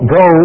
go